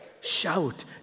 Shout